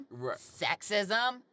sexism